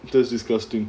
that's disgusting